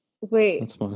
Wait